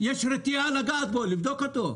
יש רתיעה לגעת בו, לבדוק אותו.